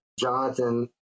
Jonathan